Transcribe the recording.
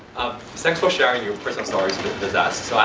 thanks for sharing your personal stories with us.